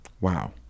wow